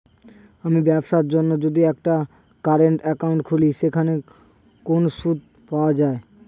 আমি ব্যবসার জন্য যদি একটি কারেন্ট একাউন্ট খুলি সেখানে কোনো সুদ পাওয়া যায়?